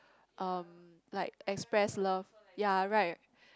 um like express love ya right